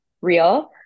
real